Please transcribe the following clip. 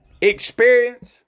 experience